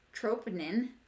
troponin